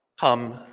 come